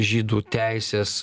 žydų teisės